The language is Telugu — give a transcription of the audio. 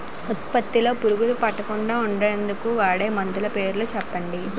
ఉత్పత్తి లొ పురుగులు పట్టకుండా ఉండేందుకు వాడే మందులు పేర్లు చెప్పండీ?